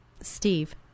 Steve